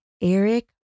Eric